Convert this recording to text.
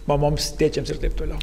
mamoms tėčiams ir taip toliau